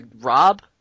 Rob